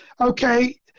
Okay